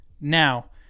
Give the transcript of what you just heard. Now